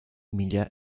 mila